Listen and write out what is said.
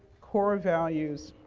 core values,